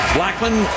Blackman